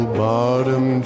bottom